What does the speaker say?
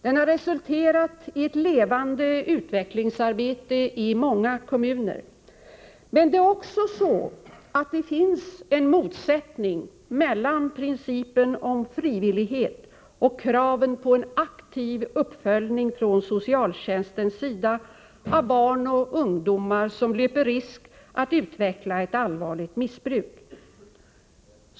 Den har resulterat i ett levande utvecklingsarbete i många kommuner. Men det är också så, att det finns en motsättning mellan principen om frivillighet och kraven på en aktiv uppföljning från socialtjänstens sida beträffande barn och ungdomar som löper risk att utveckla ett allvarligt missbruk.